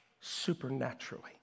supernaturally